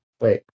wait